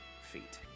feet